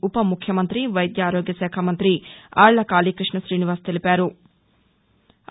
ఉపముఖ్యమంత్రి వైద్య ఆరోగ్యశాఖ మంత్రి ఆళ్ల కాళీకృష్ణ శీనివాస్ తెలిపారు